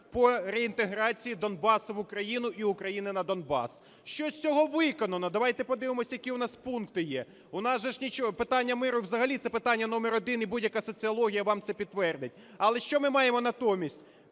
по реінтеграції Донбасу в Україну і України на Донбас. Що з цього виконано, давайте подивимось, які у нас пункти є. У нас же ж нічого… Питання миру - взагалі це питання номер один, і будь-яка соціологія вам це підтвердить. Але що ми маємо натомість?